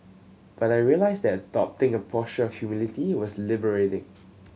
but I realised that adopting a posture of humility was liberating